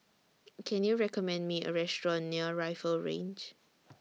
Can YOU recommend Me A Restaurant near Rifle Range